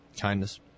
kindness